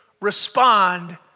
respond